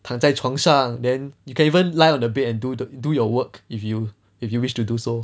躺在床上 then you can even lie on the bed and do to do your work if you if you wish to do so